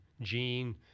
gene